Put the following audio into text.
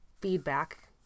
feedback